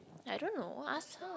I don't know ask her